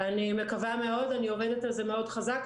אני מקווה מאוד, אני עובדת על זה מאוד חזק.